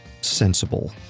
sensible